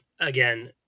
again